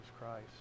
Christ